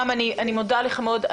אני מודה לך מאוד.